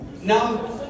now